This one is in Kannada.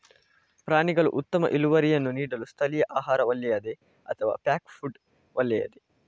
ಪ್ರಾಣಿಗಳು ಉತ್ತಮ ಇಳುವರಿಯನ್ನು ನೀಡಲು ಸ್ಥಳೀಯ ಆಹಾರ ಒಳ್ಳೆಯದೇ ಅಥವಾ ಪ್ಯಾಕ್ ಫುಡ್ ಒಳ್ಳೆಯದೇ?